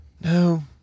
No